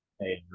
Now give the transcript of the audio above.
Hey